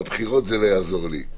בבחירות זה לא יעזור לי.